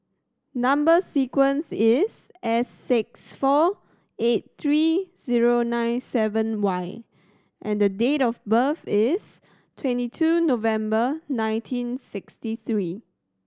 number sequence is S six four eight three zero nine seven Y and the date of birth is twenty two November nineteen sixty three